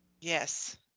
Yes